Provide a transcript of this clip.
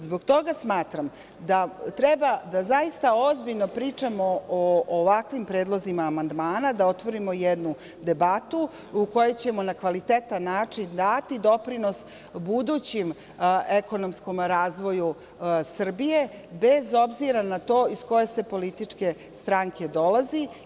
Zbog toga smatram da treba da zaista ozbiljno pričamo o ovakvim predlozima amandmana, da otvorimo jednu debatu u kojoj ćemo na kvalitetan način dati doprinos budućem ekonomskom razvoju Srbije, bez obzira na to iz koje se političke stranke dolazi.